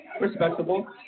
Respectable